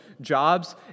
jobs